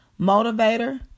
motivator